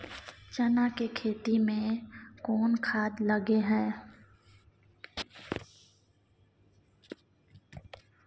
चना के खेती में कोन खाद लगे हैं?